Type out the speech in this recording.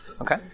Okay